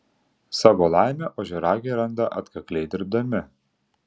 savo laimę ožiaragiai randa atkakliai dirbdami